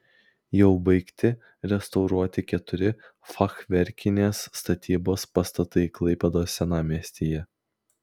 jau baigti restauruoti keturi fachverkinės statybos pastatai klaipėdos senamiestyje